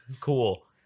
Cool